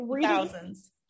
thousands